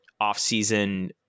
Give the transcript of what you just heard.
off-season